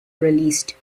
released